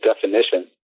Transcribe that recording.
definition